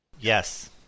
Yes